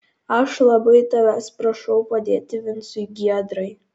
aš labai tavęs prašau padėti vincui giedrai